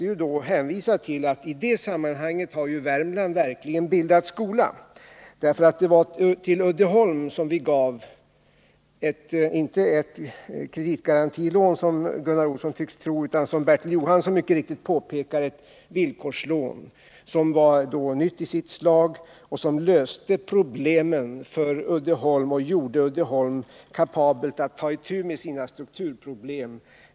Jag hänvisar till att i det sammanhanget har Värmland bildat skola, för det var till Uddeholm som vi gav inte ett kreditgarantilån, som Gunnar Olsson tycks tro, utan, som Bertil Jonasson mycket riktigt påpekade, ett villkorslån som var nytt i sitt slag och som löste problemen för Uddeholm och gjorde Uddeholm kapabelt att ta itu med sina strukturproblem.